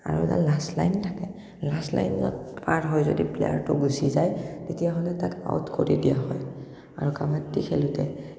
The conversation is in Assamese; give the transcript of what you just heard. আৰু এডাল লাষ্ট লাইন থাকে লাষ্ট লাইনডাল পাৰ হৈ যদি প্লেয়াৰটো গুচি যায় তেতিয়াহ'লে তাক আউট কৰি দিয়া হয় আৰু কাবাড্ডী খেলোঁতে